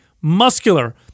muscular